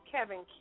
Kevin